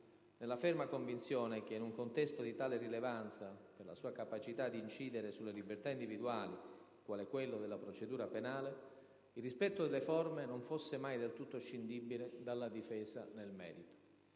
nella ferma convinzione che, in un contesto di tale rilevanza per la sua capacità di incidere sulle libertà individuali, quale quello della procedura penale, il rispetto delle forme non fosse mai del tutto scindibile dalla difesa nel merito.